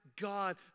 God